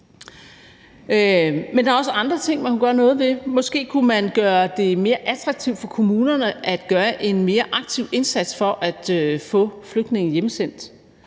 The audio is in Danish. Men der er også andre ting, man kunne gøre noget ved. Måske kunne man gøre det mere attraktivt for kommunerne at gøre en mere aktiv indsats for at få flygtninge hjemsendt.